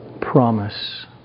promise